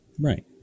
Right